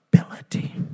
ability